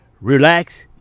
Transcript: relax